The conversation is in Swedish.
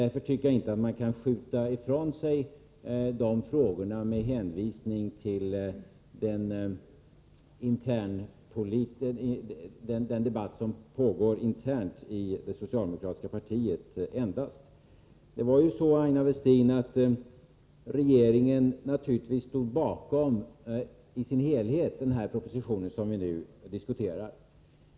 Därför tycker jag inte att man kan skjuta ifrån sig frågorna med hänvisning till den debatt som pågår internt i det socialdemokratiska partiet. Det var ju så, Aina Westin, att regeringen i dess helhet står bakom den proposition som vi nu diskuterar.